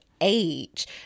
age